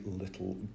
little